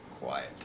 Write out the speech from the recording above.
quiet